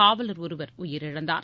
காவலர் ஒருவர் உயிரிழந்தார்